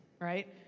right